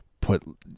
put